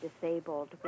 disabled